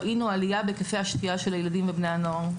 ראינו עלייה בהיקפי השתייה של הילדים ובני הנוער.